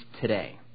today